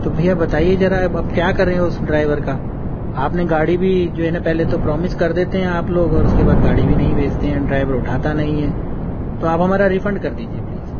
تو بھیا بتائیے ذرا اب اب کیا کریں اس ڈرائیور کا آپ نے گاڑی بھی جو ہے نا پہلے تو پرامس کر دیتے ہیں آپ لوگ اور اس کے بعد گاڑی بھی نہیں بھیجتے ہیں ڈرائیور اٹھاتا نہیں ہے تو آپ ہمارا ریفنڈ کر دیجیے پلیز